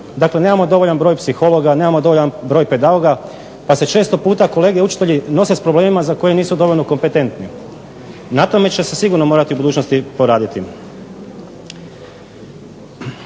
Dakle, nemamo dovoljan broj psihologa, nemamo dovoljan broj pedagoga, pa se često puta kolege učitelji nose sa problemima za koje nisu dovoljno kompetentni. Na tome će se sigurno morati u budućnosti poraditi.